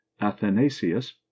Athanasius